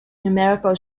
numerical